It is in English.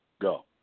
Go